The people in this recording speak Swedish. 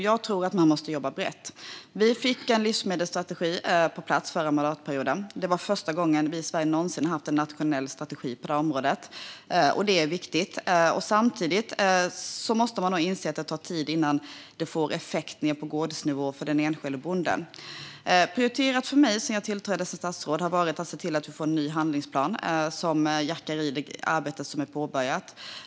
Jag tror att man måste jobba brett. Vi fick en livsmedelsstrategi på plats förra mandatperioden. Det var första gången någonsin i Sverige som vi har haft en nationell strategi på det området. Det är viktigt. Samtidigt måste man inse att det tar tid innan det får effekt ned på gårdsnivå för den enskilde bonden. Prioriterat för mig sedan jag tillträdde som statsråd har varit att se till att vi får en ny handlingsplan som jackar i det arbete som är påbörjat.